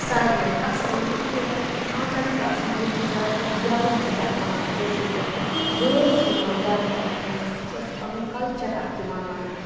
سارنیَن custom یِتھ کٔنیٚتھ کھانٛدَر چھُ آسان ییٚتہِ چھُ زیادٕ پَہَن گیٚوُن چھِ تتھ وَنان کٲشِر پٲٹھۍ بٲتھ چھِ یِوان زیادٕ پَہنَتھ وَننہٕ سُہ چھُ اَسہِ پَنُن کَلچَر اکھ یِوان وَننہٕ